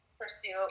pursue